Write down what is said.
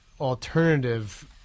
alternative